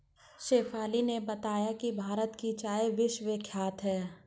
शेफाली ने बताया कि भारत की चाय विश्वविख्यात है